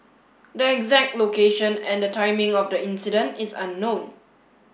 the exact location and the timing of the incident is unknown